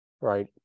right